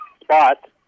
spot